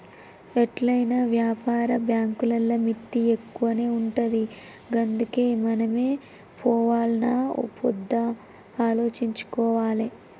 ఎట్లైనా వ్యాపార బాంకులల్ల మిత్తి ఎక్కువనే ఉంటది గందుకే మనమే పోవాల్నా ఒద్దా ఆలోచించుకోవాలె